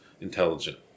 intelligent